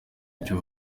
icyo